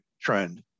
trend